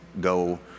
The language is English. go